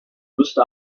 müsste